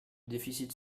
déficit